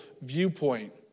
viewpoint